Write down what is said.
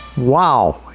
Wow